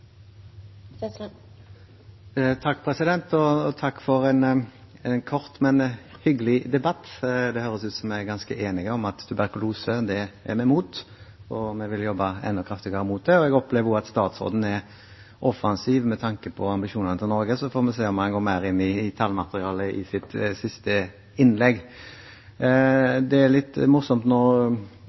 Takk for en kort, men hyggelig debatt. Det høres ut som at vi er ganske enige om at vi er imot tuberkulose, og vi vil jobbe enda kraftigere imot den. Jeg opplever også at statsråden er offensiv med tanke på Norges ambisjoner, så får vi se om han går mer inn i tallmaterialet i sitt siste innlegg. Det er litt